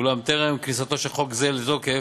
אולם טרם כניסתו של חוק זה לתוקף